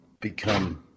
become